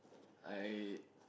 I